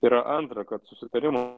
tai yra antra kad susitarimo